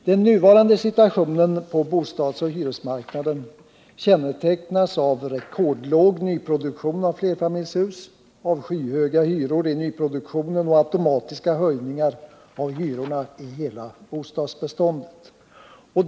Den nuvarande situationen på bostadsoch hyresmarknaden kännetecknas av rekordlåg nyproduktion av flerfamiljshus, skyhöga hyror i nyproduktionen och automatiska höjningar av hyrorna i hela bostadsbeståndet.